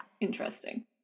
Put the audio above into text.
Interesting